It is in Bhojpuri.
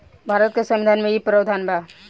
भारत के संविधान में इ प्रावधान बा